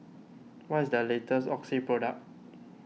what is the latest Oxy product